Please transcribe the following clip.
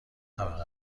طبقه